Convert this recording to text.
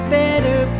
better